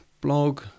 blog